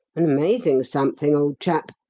an amazing something, old chap.